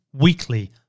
weekly